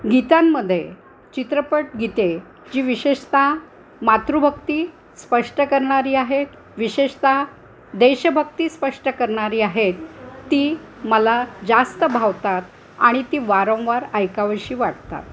गीतांमध्ये चित्रपट गीते जी विशेषत मातृभक्ती स्पष्ट करणारी आहेत विशेषत देशभक्ती स्पष्ट करणारी आहेत ती मला जास्त भावतात आणि ती वारंवार ऐकाविशी वाटतात